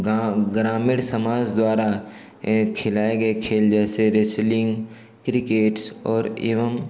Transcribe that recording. गाँव ग्रामीण समाज़ द्वारा खिलाए गए खेल जैसे रेसलिन्ग क्रिकेट और एवं